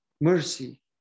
mercy